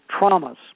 traumas